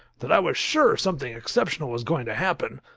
that i was sure something exceptional was going to happen.